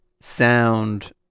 sound